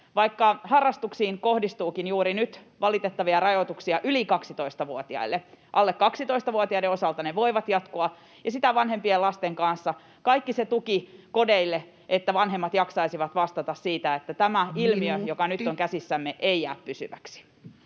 Vaikka harrastuksiin kohdistuukin juuri nyt valitettavia rajoituksia yli 12-vuotiaille, alle 12-vuotiaiden osalta ne voivat jatkua, ja sitä vanhempien lasten kanssa kaikki se tuki kodeille, että vanhemmat jaksaisivat vastata siitä, että tämä ilmiö, [Puhemies: Minuutti!] joka nyt on käsissämme, ei jää pysyväksi.